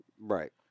Right